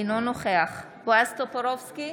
אינו נוכח בועז טופורובסקי,